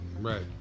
Right